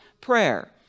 Prayer